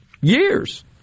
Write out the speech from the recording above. years